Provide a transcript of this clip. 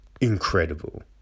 incredible